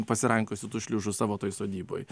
pasirankiosiu tų šliužų savo toj sodyboj